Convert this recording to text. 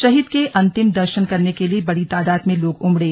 शहीद के अंतिम दर्शन करने के लिए बड़ी तादाद में लोग उमड़े